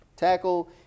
tackle